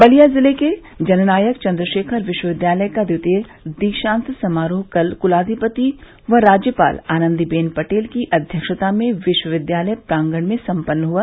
बलिया जिले के जननायक चंद्रशेखर विश्वविद्यालय का द्वितीय दीक्षांत समारोह कल कुलाधिपति व राज्यपाल आनंदीबेन पटेल की अध्यक्षता में विश्विद्यालय प्रांगड़ में सम्पन्न हुआ